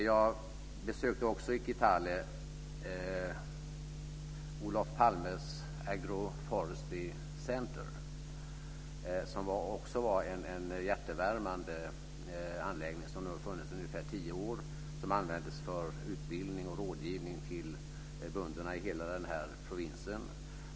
Jag besökte också i Kitale Olof Palme s Agro-Forestry Center, som också var en hjärtevärmande anläggning som har funnits i ungefär tio år. Den används för utbildning och rådgivning till bönderna i hela provinsen.